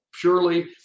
purely